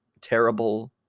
terrible